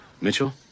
Mitchell